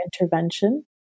intervention